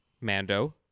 Mando